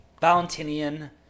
Valentinian